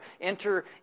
enter